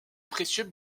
précieux